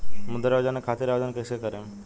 मुद्रा योजना खातिर आवेदन कईसे करेम?